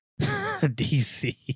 DC